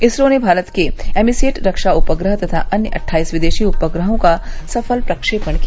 इसरो ने भारत के एमीसेट रक्षा उपग्रह तथा अन्य अट्ठाईस विदेशी उपग्रहों का सफल प्रक्षेपण किया